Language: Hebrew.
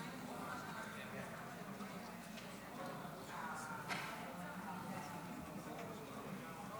אני נועל את הרשימה, רשימת הדוברים נעולה.